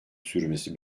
sürmesi